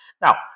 Now